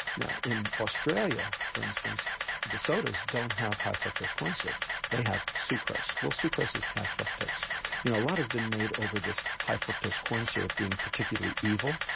now in australia for instance the sodas don't have high fructose corn syrup they have sucrose. well sucrose is half fructose. you know a lot has been made over this high fructose corn syrup being particularly evil.